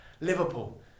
Liverpool